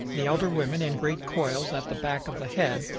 the elder women in great coils at the back of the head,